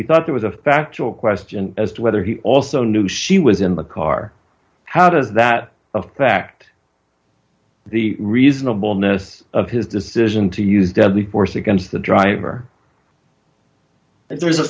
we thought there was a factual question as to whether he also knew she was in the car how does that affect the reasonableness of his decision to use deadly force against the driver there's a